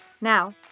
Now